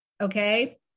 Okay